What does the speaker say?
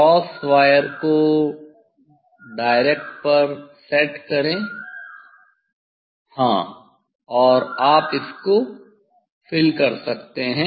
cross wire को direct पर set करें हां और आप इसको भर सकते हैं